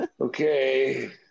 Okay